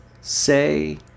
Say